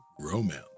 romance